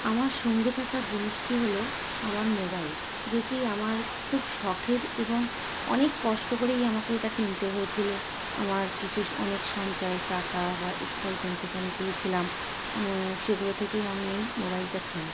আমার সঙ্গে থাকা জিনিসটি হলো আমার মোবাইল যেটি আমার খুব শখের এবং অনেক কষ্ট করেই আমাকে এটা কিনতে হয়েছিলো আমার কিছু অনেক সঞ্চয়ের টাকা বা স্টাইপেন্ড থেকে আমি পেয়েছিলাম সেগুলো থেকেই আমি এই মোবাইলটা কিনি